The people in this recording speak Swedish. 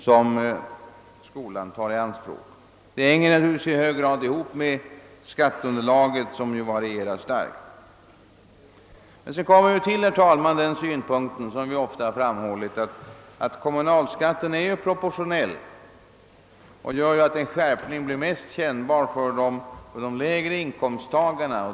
Det hänger naturligtvis i hög grad ihop med skatteunderlaget, vilket varierar starkt. Sedan tillkommer, herr talman, den synpunkt som vi ofta framhållit, att kommunalskatten är proportionell, vilket gör att en skärpning blir mest kännbar för de lägre inkomsttagarna.